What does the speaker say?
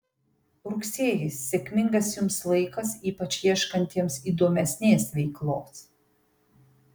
rugsėjis sėkmingas jums laikas ypač ieškantiems įdomesnės veiklos